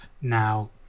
now